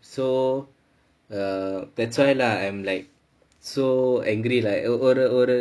so err that's why lah I'm like so angry like ஒரு ஒரு ஒரு:oru